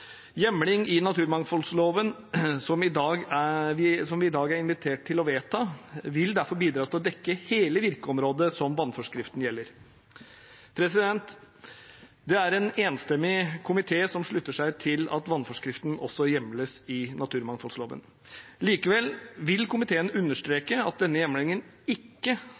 Hjemling i naturmangfoldloven som vi i dag er invitert til å vedta, vil derfor bidra til å dekke hele virkeområdet som vannforskriften gjelder. Det er en enstemmig komité som slutter seg til at vannforskriften også hjemles i naturmangfoldloven. Likevel vil komiteen understreke at denne hjemlingen ikke